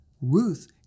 Ruth